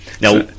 Now